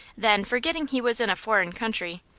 then, forgetting he was in a foreign country,